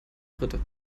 dritte